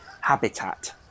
habitat